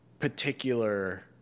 particular